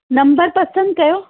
number पसंदि कयो